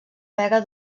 vega